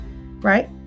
right